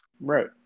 Right